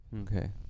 Okay